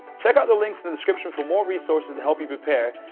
check out the links in the description for more resources to help you prepare,